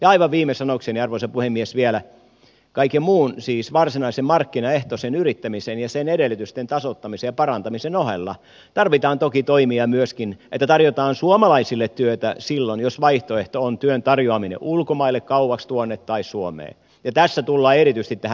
aivan viime sanoikseni arvoisa puhemies vielä kaiken muun siis varsinaisen markkinaehtoisen yrittämisen ja sen edellytysten tasoittamisen ja parantamisen ohella tarvitaan toki toimia myöskin että tarjotaan suomalaisille työtä silloin jos vaihtoehto on työn tarjoaminen ulkomaille kauaksi tuonne tai suomeen ja tässä tullaan erityisesti energiapolitiikkaan